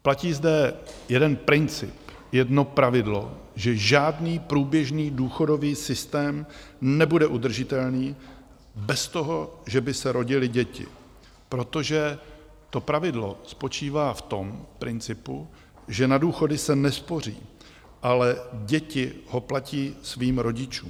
Platí zde jeden princip, jedno pravidlo, že žádný průběžný důchodový systém nebude udržitelný bez toho, že by se rodily děti, protože to pravidlo spočívá v principu, že na důchody se nespoří, ale děti ho platí svým rodičům.